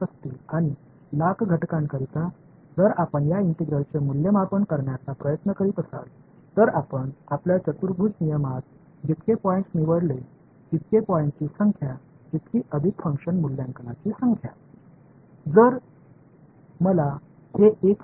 நீங்கள் ஒரு லட்சம் கூறுகளுக்கு அருகில் இருப்பீர்கள் ஒரு லட்சம் கூறுகளுக்கு இந்த ஒருங்கிணைப்பை மதிப்பீடு செய்ய முயற்சிக்கிறீர்கள் என்றால் உங்கள் குவாட்ரேச்சர் விதியில் நீங்கள் தேர்வு செய்யும் புள்ளிகளின் எண்ணிக்கை அதிகமாக இருந்தால் புள்ளிகளின் எண்ணிக்கை செயல்பாட்டு மதிப்பீடுகளின் எண்ணிக்கையை அதிகரிக்கும்